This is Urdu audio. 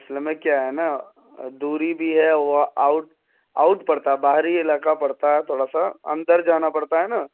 اصل میں کیا ہے نا دوری بھی ہے وہ آؤٹ آؤٹ پڑتا ہے باہری علاقہ پڑتا ہے تھوڑا سا اندر جانا پڑتا ہے نا